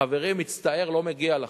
חברים, מצטער, לא מגיע לכם.